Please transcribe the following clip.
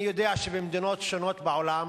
אני יודע שבמדינות שונות בעולם